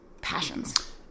passions